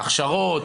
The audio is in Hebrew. ההכשרות,